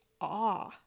awe